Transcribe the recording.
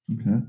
Okay